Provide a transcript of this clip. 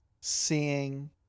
seeing